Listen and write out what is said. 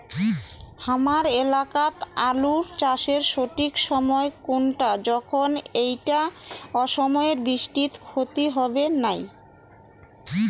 হামার এলাকাত আলু চাষের সঠিক সময় কুনটা যখন এইটা অসময়ের বৃষ্টিত ক্ষতি হবে নাই?